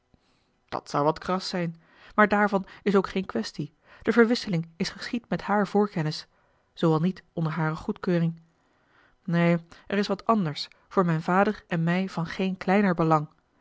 dat zou wat kras zijn maar daarvan is ook geene quaestie de verwisseling is geschied met hare voorkennis zoo al niet onder hare goedkeuring neen er is wat anders voor mijn vader en mij van geen kleiner belang